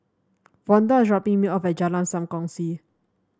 Vonda is dropping me off at Jalan Sam Kongsi